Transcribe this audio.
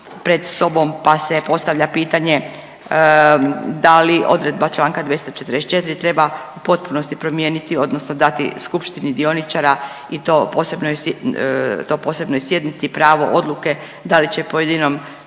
pred sobom, pa se postavlja pitanje da li odredba članka 244. treba u potpunosti promijeniti, odnosno dati skupštini dioničara i to posebnoj sjednici pravo odluke da li će pojedinom